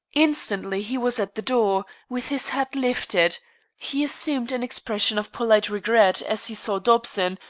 instantly he was at the door, with his hat lifted he assumed an expression of polite regret as he saw dobson,